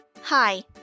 Hi